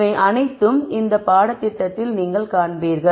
இவை அனைத்தும் இந்த பாடத்திட்டத்தில் நீங்கள் காண்பீர்கள்